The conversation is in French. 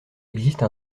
existe